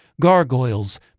Gargoyles